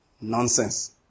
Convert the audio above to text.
nonsense